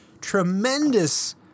tremendous